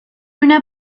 una